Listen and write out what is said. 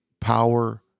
power